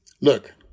look